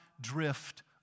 drift